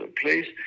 place